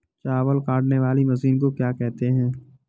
चावल काटने वाली मशीन को क्या कहते हैं?